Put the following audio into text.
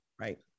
right